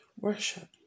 worship